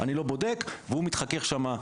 והוא מתחכך שם,